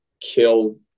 kill